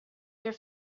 their